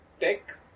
tech